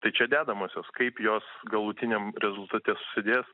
tai čia dedamosios kaip jos galutiniam rezultate susidės